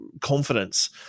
confidence